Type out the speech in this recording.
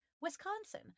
Wisconsin